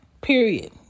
period